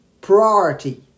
priority